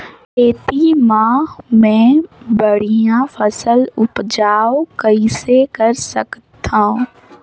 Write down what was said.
खेती म मै बढ़िया फसल उपजाऊ कइसे कर सकत थव?